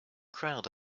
crowd